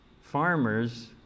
farmers